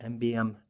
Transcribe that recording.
MBM